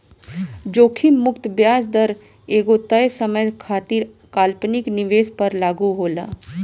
जोखिम मुक्त ब्याज दर एगो तय समय खातिर काल्पनिक निवेश पर लागू होला